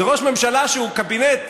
זה ראש ממשלה שהוא קבינט.